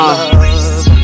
love